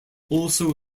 also